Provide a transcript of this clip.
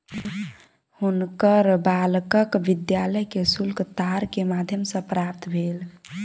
हुनकर बालकक विद्यालय के शुल्क तार के माध्यम सॅ प्राप्त भेल